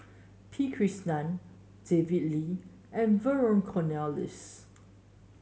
P Krishnan David Lee and Vernon Cornelius